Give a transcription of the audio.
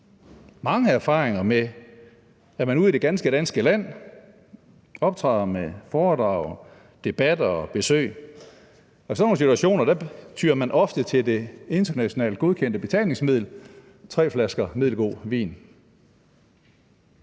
mange erfaringer med, at når man ude i det ganske danske land optræder med foredrag og debatter og besøg, tyes der ofte i sådan nogle situationer til det internationalt godkendte betalingsmiddel: tre flasker middelgod vin.